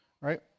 right